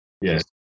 Yes